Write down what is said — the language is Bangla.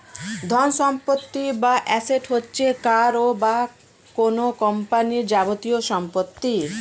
ধনসম্পত্তি বা অ্যাসেট হচ্ছে কারও বা কোন কোম্পানির যাবতীয় সম্পত্তি